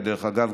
ודרך אגב,